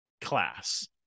class